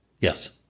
Yes